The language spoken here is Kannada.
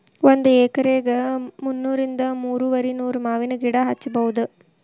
ಒಂದ ಎಕರೆಕ ಮುನ್ನೂರಿಂದ ಮೂರುವರಿನೂರ ಮಾವಿನ ಗಿಡಾ ಹಚ್ಚಬೌದ